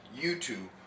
YouTube